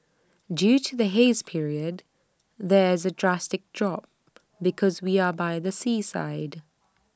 due to the haze period there A drastic drop because we are by the seaside